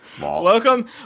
Welcome